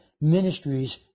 ministries